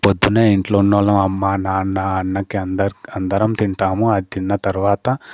పొద్దునే ఇంట్లో ఉన్నవాళ్ళం అమ్మ నాన్న అన్నకి అందరికి అందరం తింటాము అది తిన్న తర్వాత